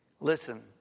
Listen